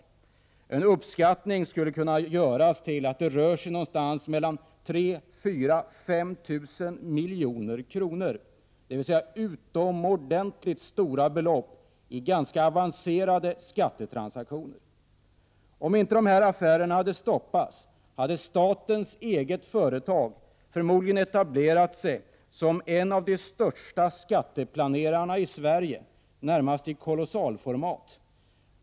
En uppskattning skulle kunna visa att det rör sig om någonting mellan 3 000 och 5 000 milj.kr., dvs. utomordentligt stora belopp i ganska avancerade skattetransaktioner. Om inte de här affärerna hade stoppats, hade statens eget företag förmodligen etablerat sig som en av de största skatteplanerarna i Sverige, närmast i kolossalformat.